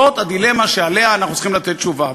זאת הדילמה שעליה אנחנו צריכים לתת תשובה.